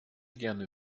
gerne